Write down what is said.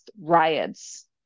riots